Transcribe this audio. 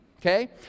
okay